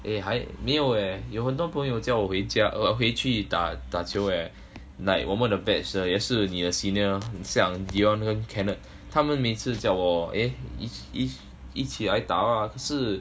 eh 还没有 eh 有很多朋友加我回家 err 回去打球 eh like 我们的 batch 的也是你的 senior 很像 dion 跟 kenard 他们每次叫我 eh 一一一起来打 ah 可是